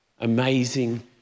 amazing